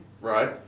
right